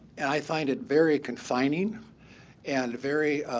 and i find it very confining and very